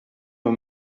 los